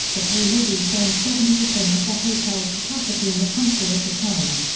the pahlavis owned seventy percent of the hotel capacity in the country at the time.